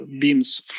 beams